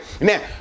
now